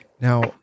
Now